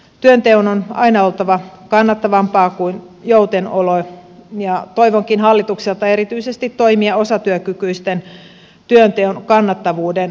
työnteon on aina oltava kannattavampaa kuin joutenolo ja toivonkin hallitukselta erityisesti toimia osatyökykyisten työnteon kannattavuuden parantamiseksi